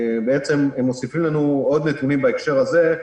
שמוסיפים לנו עוד נתונים בהקשר הזה.